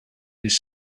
this